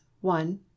one